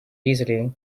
easily